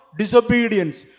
disobedience